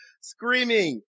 Screaming